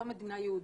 לא מדינה יהודית.